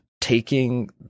taking